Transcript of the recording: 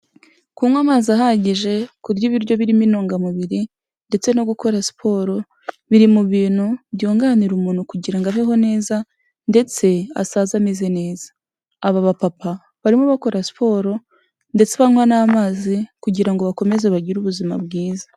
Kunywa amazi ahagije, kurya ibiryo birimo intungamubiri ndetse no gukora siporo biri mu bintu byunganira umuntu kugira ngo abeho neza ndetse asaze ameze neza, aba bapapa barimo bakora siporo ndetse banywa n'amazi kugira ngo bakomeze bagire ubuzima bwiza.